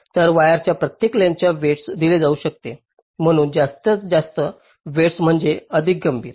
तर वायरच्या प्रत्येक लेंग्थसला वेईटस दिले जाऊ शकते म्हणून जास्त वेईटस म्हणजे अधिक गंभीर